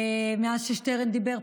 מאז ששטרן דיבר.